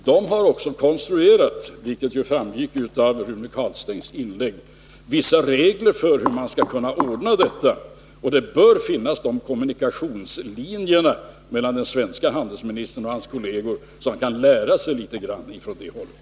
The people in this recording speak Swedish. De har också konstruerat — vilket ju framgick av Rune Carlsteins inlägg — vissa regler för hur man skall kunna ordna detta, och det bör finnas sådana kommunikationslinjer mellan den svenske handelsministern och hans kolleger att han kan lära sig litet grand från det hållet.